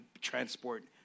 transport